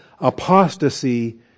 apostasy